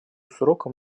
сроком